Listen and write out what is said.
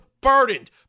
burdened